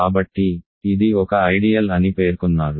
కాబట్టి ఇది ఒక ఐడియల్ అని పేర్కొన్నారు